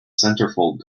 centerfold